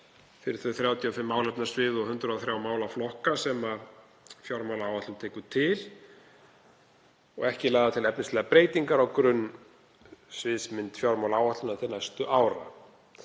fyrir þau 35 málefnasvið og 103 málaflokka sem fjármálaáætlun tekur til og ekki lagðar til efnislegar breytingar á grunnsviðsmynd fjármálaáætlunar til næstu ára.